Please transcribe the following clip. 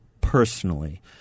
personally